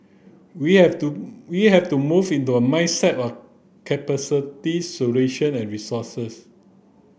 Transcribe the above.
we have to we have to move into a mindset of solution and resources